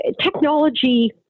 technology